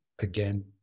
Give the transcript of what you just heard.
again